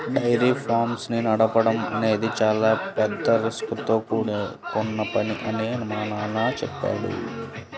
dairy farms ని నడపడం అనేది చాలా పెద్ద రిస్కుతో కూడుకొన్న పని అని మా నాన్న చెప్పాడు